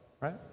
right